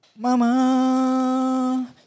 Mama